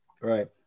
Right